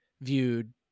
viewed